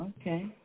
Okay